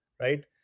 right